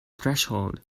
threshold